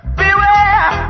beware